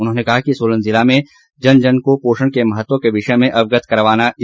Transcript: उन्होंने कहा कि सोलन जिला में जन जन को पोषण के महत्व के विषय में अवगत करवाना जाएगा